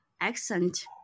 accent